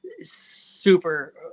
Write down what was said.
super